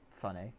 funny